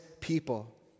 people